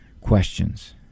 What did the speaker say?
questions